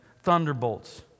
thunderbolts